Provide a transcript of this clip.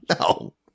no